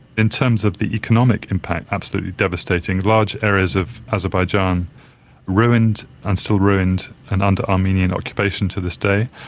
in terms of the economic impact, absolutely devastating. large areas of azerbaijan ruined and still ruined and under armenian occupation to this day.